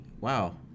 Wow